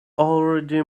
already